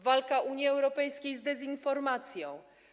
Walka Unii Europejskiej z dezinformacją.